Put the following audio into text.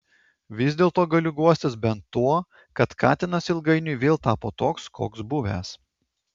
vis dėlto galiu guostis bent tuo kad katinas ilgainiui vėl tapo toks koks buvęs